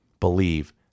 believe